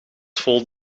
vol